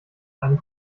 einen